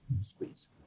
squeeze